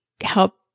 help